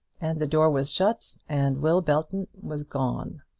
and the door was shut, and will belton was gone.